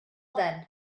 then